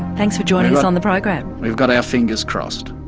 thanks for joining us on the program. we've got our fingers crossed.